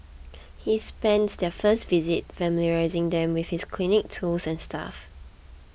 he spends their first visit familiarising them with his clinic tools and staff